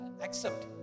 accept